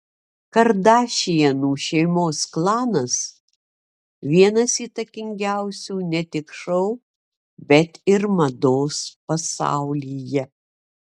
kardašianų šeimos klanas vienas įtakingiausių ne tik šou bet ir mados pasaulyje